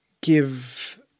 give